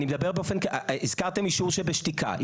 הזכרתם אישור שבשתיקה.